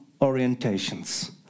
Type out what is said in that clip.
orientations